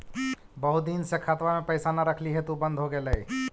बहुत दिन से खतबा में पैसा न रखली हेतू बन्द हो गेलैय?